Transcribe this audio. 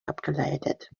abgeleitet